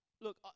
look